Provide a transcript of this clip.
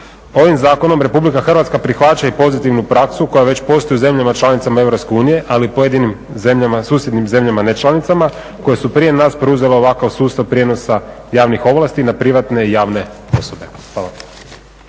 Ovim zakonom RH prihvaća i pozitivnu praksu koja već postoji u zemljama članicama EU, ali pojedinim zemljama, susjednim zemljama ne članicama koje su prije nas preuzele ovakav sustav prijenosa javnih ovlasti na privatne i javne osobe.